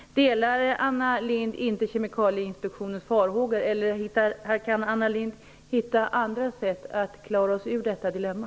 Delar inte Anna Lindh Kemikalieinspektionens farhågor, eller kan Anna Lindh hitta andra sätt att klara oss ur detta dilemma?